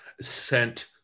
sent